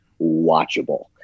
watchable